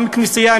גם כנסייה,